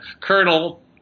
Colonel